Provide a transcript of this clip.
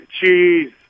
cheese